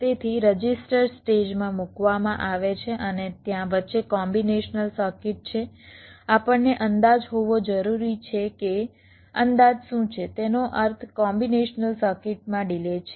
તેથી register stage માં મૂકવામાં આવે છે અને ત્યાં વચ્ચે કોમ્બિનેશનલ સર્કિટ છે આપણને અંદાજ હોવો જરૂરી છે કે અંદાજ શું છે તેનો અર્થ કોમ્બિનેશનલ સર્કિટમાં ડિલે છે